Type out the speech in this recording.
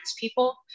people